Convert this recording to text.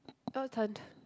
your turn